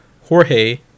Jorge